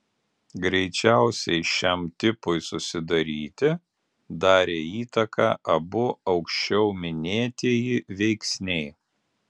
greičiausiai šiam tipui susidaryti darė įtaką abu aukščiau minėtieji veiksniai